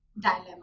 dilemma